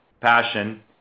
passion